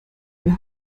wer